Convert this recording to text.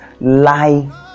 lie